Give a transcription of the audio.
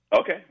Okay